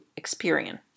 Experian